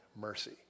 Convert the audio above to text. mercy